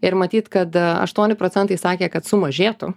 ir matyt kad aštuoni procentai sakė kad sumažėtų